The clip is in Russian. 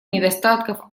недостатков